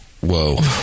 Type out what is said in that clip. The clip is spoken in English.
Whoa